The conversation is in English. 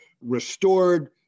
restored